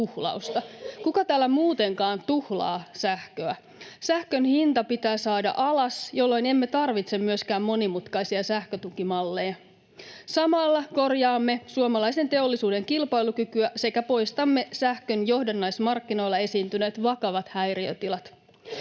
Kuka täällä muutenkaan tuhlaa sähköä? Sähkön hinta pitää saada alas, jolloin emme tarvitse myöskään monimutkaisia sähkötukimalleja. Samalla korjaamme suomalaisen teollisuuden kilpailukykyä sekä poistamme sähkön johdannaismarkkinoilla esiintyneet vakavat häiriötilat.